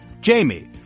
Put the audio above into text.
Jamie